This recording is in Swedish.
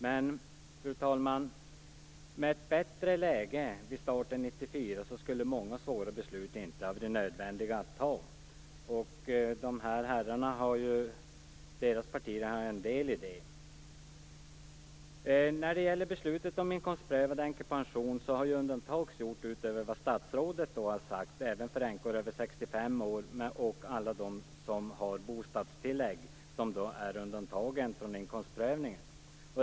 Men, fru talman, med ett bättre läge vid starten 1994 skulle många svåra beslut inte ha varit nödvändiga att fatta. Dessa herrars partier har en del i detta. När det gäller beslutet om inkomstprövad änkepension har undantag gjorts utöver vad statsrådet har sagt. Även änkor över 65 år och alla de som har bostadstillägg är undantagna från inkomstprövningen.